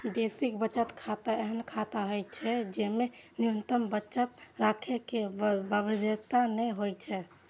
basic बचत खाता एहन खाता होइ छै, जेमे न्यूनतम बचत राखै के बाध्यता नै होइ छै